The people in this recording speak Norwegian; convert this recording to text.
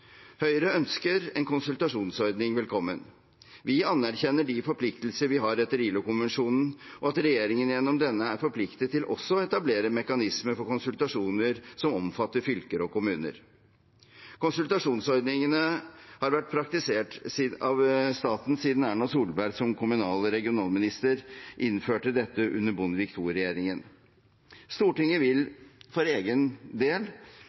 Høyre ønsker en konsultasjonsordning velkommen. Vi anerkjenner de forpliktelser vi har etter ILO-konvensjonen, og at regjeringen gjennom denne er forpliktet til også å etablere mekanismer for konsultasjoner som omfatter fylker og kommuner. Konsultasjonsordningen har vært praktisert av staten siden Erna Solberg, som kommunal- og regionalminister, innførte dette under Bondevik II-regjeringen. Stortinget vil for egen del